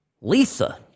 Lisa